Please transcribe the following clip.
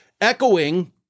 echoing